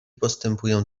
postępują